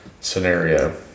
scenario